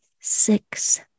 six